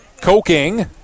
Coking